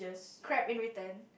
crap in return